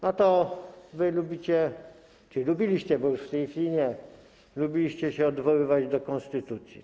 No to wy lubicie czy lubiliście, bo już w tej chwili nie, lubiliście się odwoływać do konstytucji.